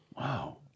Wow